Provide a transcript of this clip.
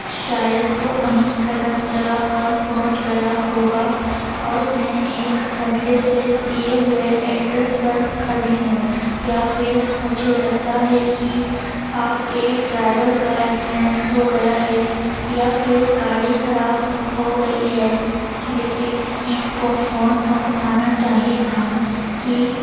شاید وہ کہیں غلط جگہ پر پہنچ گیا ہوگا اور میں ایک گھنٹے سے دیے ہوئے ایڈریس پر کھڑی ہوں یا پھر مجھے لگتا ہے کہ آپ کے ڈرائیور کا ایکسیڈینٹ ہو گیا ہے یا پھر گاڑی خراب ہو گئی ہے لیکن اِن کو فون تو اُٹھانا چاہیے تھا کہ